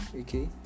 okay